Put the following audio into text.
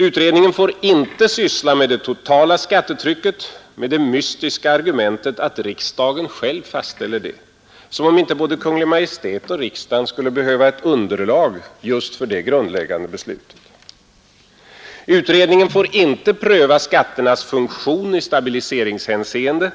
Utredningen får inte syssla med det totala skattetrycket, med det mystiska argumentet att riksdagen själv fastställer det. Som om inte både Kungl. Maj:t och riksdagen skulle behöva ett underlag just för det grundläggande beslutet! Utredningen får inte pröva skatternas funktion i stabiliseringshänseende,